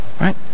Right